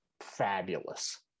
fabulous